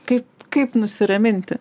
kaip kaip nusiraminti